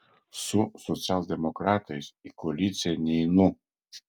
su socialdemokratais į koaliciją neinu